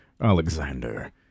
Alexander